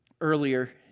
earlier